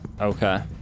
Okay